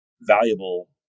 valuable